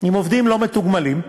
עם עובדים לא מתוגמלים,